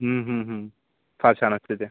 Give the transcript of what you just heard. हम्म हम्म हम्म फार छान असते ते